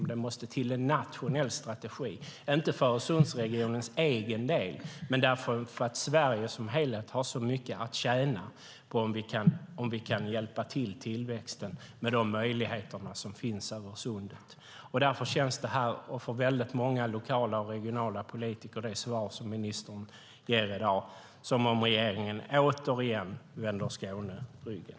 Men det måste till en nationell strategi, inte för Öresundsregionens egen del utan för att Sverige som helhet har så mycket att tjäna på om vi kan hjälpa till i fråga om tillväxten med de möjligheter som finns i denna region. Därför känns det svar som ministern ger i dag för mig och för många lokala och regionala politiker som om regeringen återigen vänder Skåne ryggen.